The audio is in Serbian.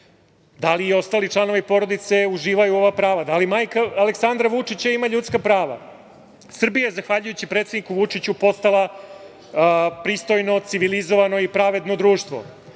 Da li i ostali članovi porodice uživaju ova prava? Da li majka Aleksandra Vučića ima ljudska prava? Srbija je, zahvaljujući predsedniku Vučiću, postala pristojno, civilizovano i pravedno društvo.